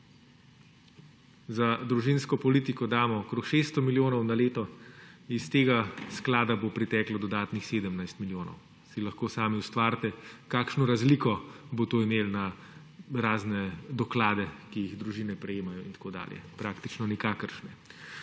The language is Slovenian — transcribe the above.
Za družinsko politiko damo okrog 600 milijonov na leto, iz tega sklada bo priteklo dodatnih 17 milijonov. Lahko si sami ustvarite sliko, kakšno razliko bo to imelo na razne doklade, ki jih družine prejemajo, in tako dalje, praktično nikakršne.